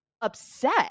upset